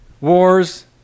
Wars